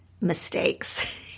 mistakes